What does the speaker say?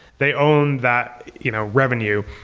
they own that you know revenue.